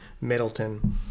Middleton